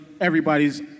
everybody's